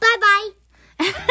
Bye-bye